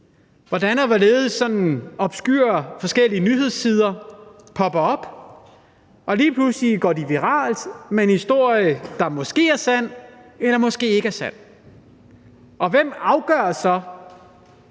hvordan forskellige obskure nyhedssider popper op, og lige pludselig går de viralt med en historie, der måske er sand eller måske ikke er sand. Og hvem afgør så